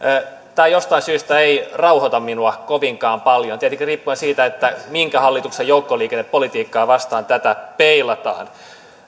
tämä jostain syystä ei rauhoita minua kovinkaan paljon tietenkin riippuen siitä minkä hallituksen joukkoliikennepolitiikkaa vastaan tätä peilataan